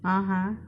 (uh huh)